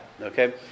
okay